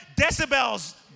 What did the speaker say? decibels